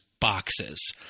boxes